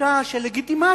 תחושה של לגיטימציה,